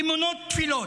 אמונות תפלות,